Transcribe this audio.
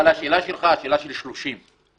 אבל השאלה שלך שאלה של 30,